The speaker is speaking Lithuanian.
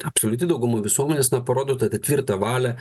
absoliuti dauguma visuomenės na parodo tą tvirtą valią